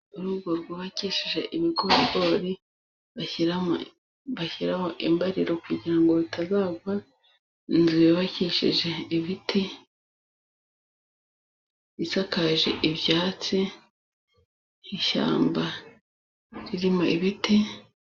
Urugo rwubakishije ibigorigori, bashyiraho imbariro kugira ngo rutazagwa, n'inzu yubakishije ibiti isakaje ibyatsi, ishyamba ririmo ibiti.